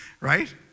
right